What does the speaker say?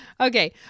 Okay